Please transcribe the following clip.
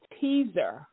teaser